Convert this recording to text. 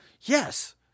yes